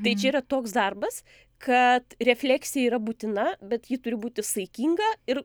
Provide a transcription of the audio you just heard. tai čia yra toks darbas kad refleksija yra būtina bet ji turi būti saikinga ir